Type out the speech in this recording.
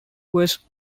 was